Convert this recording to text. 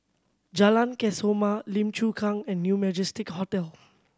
Jalan Kesoma Lim Chu Kang and New Majestic Hotel